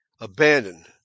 abandoned